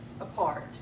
apart